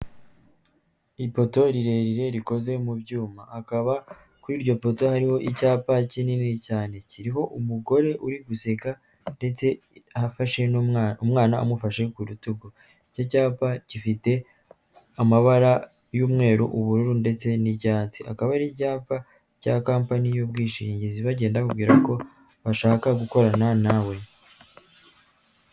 Ipoto rirerire rikoze mu byuma akaba kuri iryo poto hariho icyapa kinini cyane, kiriho umugore uri gusega ndetse aho afashe n'umwana, umwana umufashe ku rutugu icyapa gifite amabara y'umweru, ubururu ndetse n'iry'icyatsi akaba ari icyapa cya kampani y'ubwishingizi bagenda bamubwira ko bashaka gukorana na we.